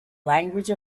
language